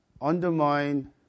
undermine